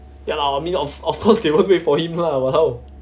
ya lah I mean of course they won't wait for him lah !walao!